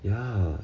ya